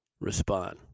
respond